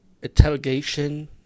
interrogation